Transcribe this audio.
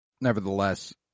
nevertheless